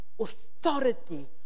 authority